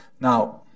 Now